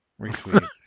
Retweet